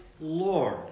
Lord